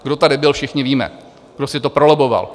Kdo tady byl, všichni víme, kdo si to prolobboval.